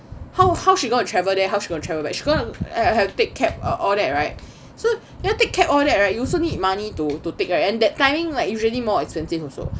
how how she gonna travel there and how she gonna travel back she err gonna take cab all that right so then take cab all that right you also need money to to take right that timing like usually more expensive also